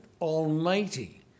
almighty